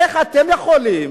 איך אתם יכולים